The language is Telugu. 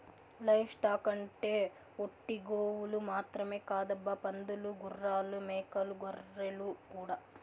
లైవ్ స్టాక్ అంటే ఒట్టి గోవులు మాత్రమే కాదబ్బా పందులు గుర్రాలు మేకలు గొర్రెలు కూడా